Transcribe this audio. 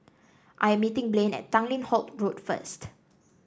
I am meeting Blane at Tanglin Halt Road first